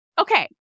Okay